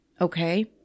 Okay